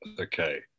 Okay